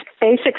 basic